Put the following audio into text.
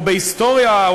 או בהיסטוריה,